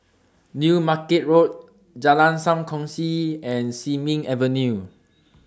New Market Road Jalan SAM Kongsi and Sin Ming Avenue